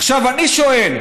עכשיו אני שואל: